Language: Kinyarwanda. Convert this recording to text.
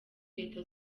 leta